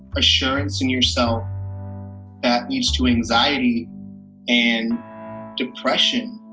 assurance in yourself that leads to anxiety and depression.